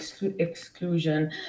exclusion